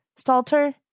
Stalter